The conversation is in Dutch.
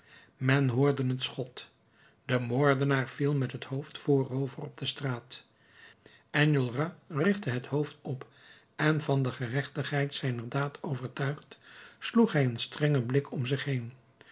men hoorde het schot de moordenaar viel met het hoofd voorover op de straat enjolras richtte het hoofd op en van de gerechtigheid zijner daad overtuigd sloeg hij een strengen blik om zich toen